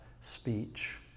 speech